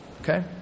Okay